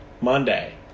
Monday